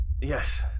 Yes